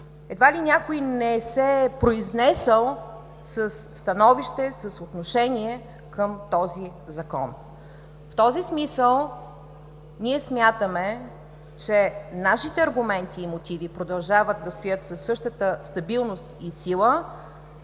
едва ли някой не се е произнесъл със становище, с отношение към този Закон. В този смисъл ние смятаме, че нашите аргументи и мотиви продължават да стоят със същата стабилност и сила.